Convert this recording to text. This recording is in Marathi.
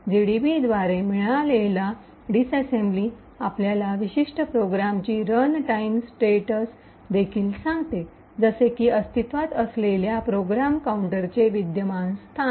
जीडीबीद्वारे मिळवलेला डिस्सेम्बली आपल्याला विशिष्ट प्रोग्रामची रन टाइम स्टेटस देखील सांगते जसे की अस्तित्वात असलेल्या प्रोग्राम काउंटरचे विद्यमान स्थान